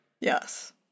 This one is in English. Yes